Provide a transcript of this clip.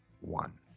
one